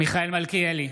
מיכאל מלכיאלי,